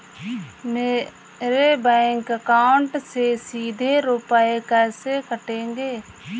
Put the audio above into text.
मेरे bank account से सीधे रुपए कैसे कटेंगे?